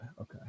okay